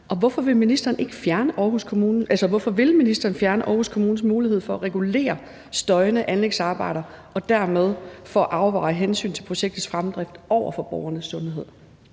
Hvorfor vil ministeren fjerne Aarhus Kommunes mulighed for at regulere støjende anlægsarbejder og dermed afveje hensynet til projektets fremdrift over for borgernes sundhed?